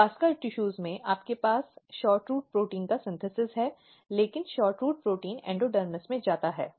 तो vascular tissues में आपके पास SHORTROOT प्रोटीन का संश्लेषण है लेकिन SHORTROOT प्रोटीन एंडोडर्मिस में जाता है